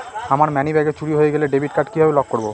আমার মানিব্যাগ চুরি হয়ে গেলে ডেবিট কার্ড কিভাবে লক করব?